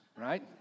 right